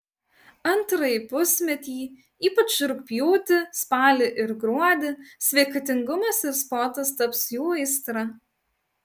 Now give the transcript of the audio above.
antrąjį pusmetį ypač rugpjūtį spalį ir gruodį sveikatingumas ir sportas taps jų aistra